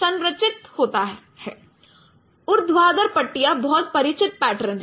संरचित होती है ऊर्ध्वाधर पट्टियाँ बहुत परिचित पैटर्न हैं